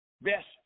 best